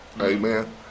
Amen